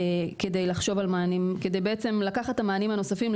כדי לקחת את המענים הנוספים,